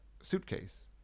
suitcase